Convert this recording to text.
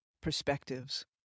perspectives